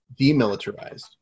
demilitarized